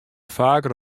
faker